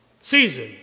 Season